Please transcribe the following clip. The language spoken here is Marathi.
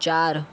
चार